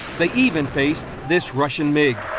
they even faced this russian mig.